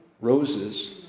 roses